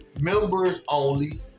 members-only